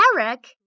Eric